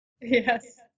Yes